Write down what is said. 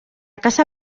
casa